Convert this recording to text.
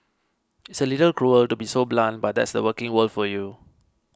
it's a little cruel to be so blunt but that's the working world for you